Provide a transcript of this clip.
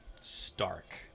Stark